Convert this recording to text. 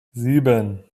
sieben